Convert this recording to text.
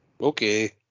Okay